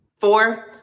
Four